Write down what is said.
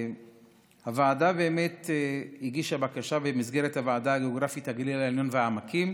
הוועדה הגישה בקשה במסגרת הוועדה הגיאוגרפית הגליל העליון והעמקים.